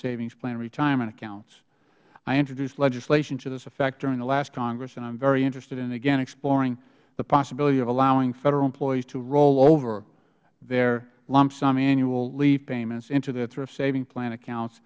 savings plan retirement accounts i introduced legislation to this effect during the last congress and i'm very interested in again exploring the possibility of allowing federal employees to roll over their lump sum annual leave payments into their thrift savings plan accounts